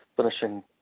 finishing